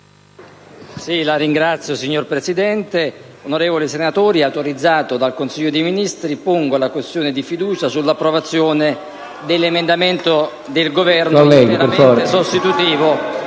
il Parlamento*. Signor Presidente, onorevoli senatori, autorizzato dal Consiglio dei ministri, pongo la questione di fiducia sull'approvazione dell'emendamento 1.900, presentato dal Governo, interamente sostitutivo